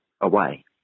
away